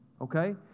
Okay